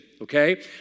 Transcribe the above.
okay